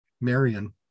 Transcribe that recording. Marion